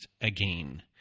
again